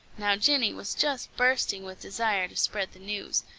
now jenny was just bursting with desire to spread the news,